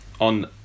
On